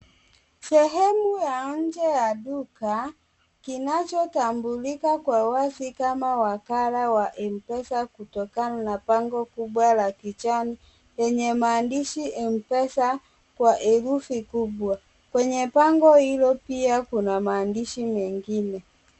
Sehemu ya nje ya duka kinachotambulika kwa wazi kama wakara wa Mpesa kutokana na bango kubwa la kijani lenye maandishi Mpesa kwa herufi kubwa. Kwenye bango hilo pia kuna maandishi mengine.